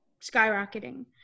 skyrocketing